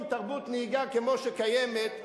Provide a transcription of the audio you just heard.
עם תרבות נהיגה כמו שקיימת,